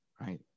right